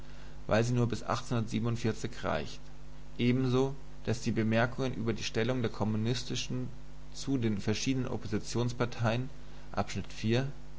weil sie nur bis reicht ebenso daß die bemerkungen über die stellung der kommunisten zu den verschiedenen oppositionsparteien